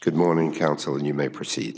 good morning counsel and you may proceed